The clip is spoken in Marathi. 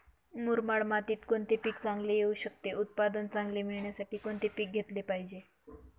मुरमाड मातीत कोणते पीक चांगले येऊ शकते? उत्पादन चांगले मिळण्यासाठी कोणते पीक घेतले पाहिजे?